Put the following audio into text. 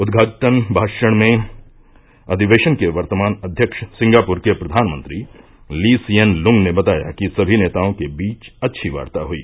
उद्घाटन भाषण में अधिवेशन के वर्तमान अध्यक्ष सिंगापुर के प्रधानमंत्री ली सियेन लुंग ने बताया कि सभी नेताओं के बीच अच्छी वार्ता हुई